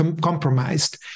compromised